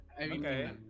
Okay